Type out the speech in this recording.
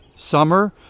Summer